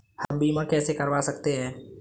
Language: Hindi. हम बीमा कैसे करवा सकते हैं?